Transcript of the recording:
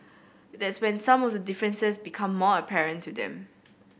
that's when some of the differences become more apparent to them